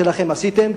את שלכם עשיתם,